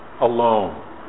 alone